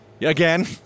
Again